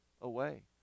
away